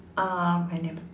um I never